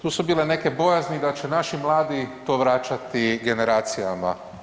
Tu su bile neke bojazni da će naši mladi to vraćati generacijama.